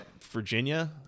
Virginia